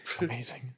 Amazing